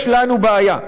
יש לנו בעיה.